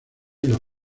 los